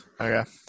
Okay